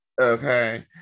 Okay